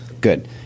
Good